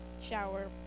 shower